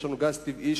יש לנו גז טבעי,